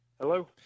Hello